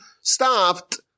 stopped